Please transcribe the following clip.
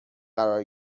قرار